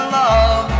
love